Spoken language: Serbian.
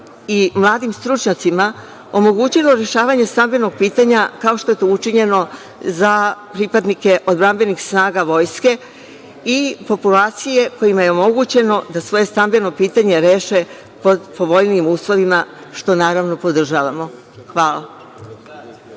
i mladim stručnjacima omogućilo rešavanje stambenog pitanja, kao što je to učinjeno za pripadnike odbrambenih snaga Vojske i populacije kojima je omogućeno da svoje stambeno pitanje reše pod povoljnijim uslovima što, naravno, podržavamo? Hvala.